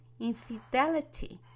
infidelity